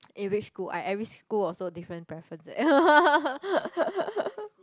eh which school I every school also different preference eh